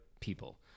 people